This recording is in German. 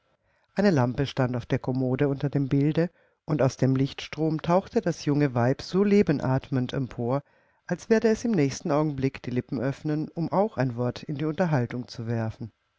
eine lampe stand auf der kommode unter dem bilde und aus dem lichtstrom tauchte das junge weib so lebenatmend empor als werde es im nächsten augenblick die lippen öffnen um auch ein wort in die unterhaltung zu werfen